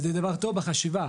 וזה דבר טוב בחשיבה,